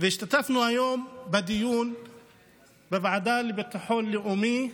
השתתפנו היום בדיון בוועדה לביטחון לאומי.